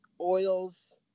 oils